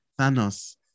Thanos